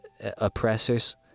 oppressors